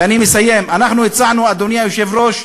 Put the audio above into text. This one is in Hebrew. ואני מסיים, הצענו, אדוני היושב-ראש,